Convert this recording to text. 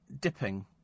dipping